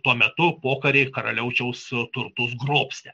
tuo metu pokary karaliaučiaus turtus grobstę